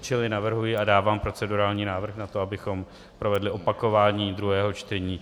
Čili navrhuji a dávám procedurální návrh na to, abychom provedli opakování druhého čtení.